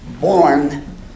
born